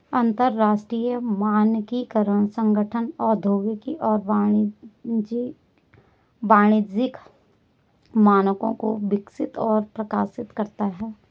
अंतरराष्ट्रीय मानकीकरण संगठन औद्योगिक और वाणिज्यिक मानकों को विकसित और प्रकाशित करता है